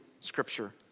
scripture